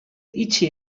itxi